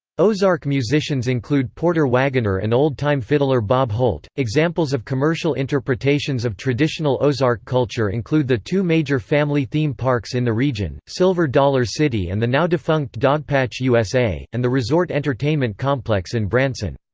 ozark musicians include porter wagoner and old-time fiddler bob holt examples of commercial interpretations of traditional ozark culture include the two major family theme parks in the region, silver dollar city and the now defunct dogpatch u s a. and the resort entertainment complex in branson.